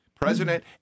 President